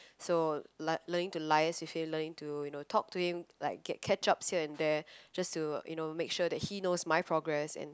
so l~ learning to liaise with him learning to you know talk to him like get catch ups here and there just to you know make sure that he knows my progress and